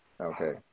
Okay